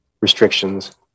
restrictions